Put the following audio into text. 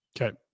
Okay